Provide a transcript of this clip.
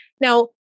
Now